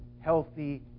healthy